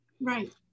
Right